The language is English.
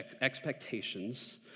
expectations